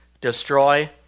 destroy